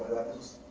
that is